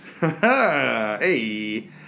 Hey